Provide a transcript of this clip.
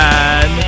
Man